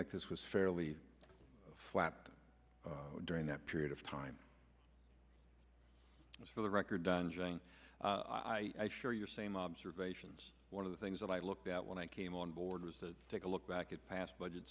like this was fairly flat during that period of time for the record done jane i sure your same observations one of the things that i looked at when i came on board was the take a look back at past budget